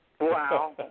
Wow